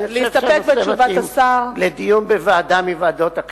אני חושב שהנושא מתאים לדיון בוועדה מוועדות הכנסת,